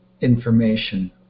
information